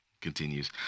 continues